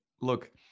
look